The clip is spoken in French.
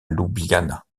ljubljana